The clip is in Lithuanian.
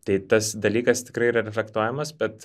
tai tas dalykas tikrai yra reflektuojamas bet